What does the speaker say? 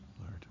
Lord